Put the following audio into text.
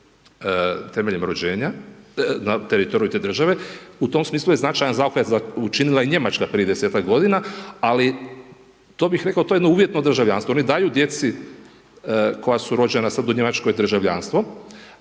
temeljem rođenja, na teritoriju te države, u tom smislu je značajan zaokret učinila i Njemačka prije par godina, ali to bih rekao, to je jedno uvjetno državljanstvo. Oni daju djeci koja su rođena sada u Njemačkoj državljanstvo,